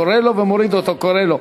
אני קורא לו ומוריד אותו, קורא לו.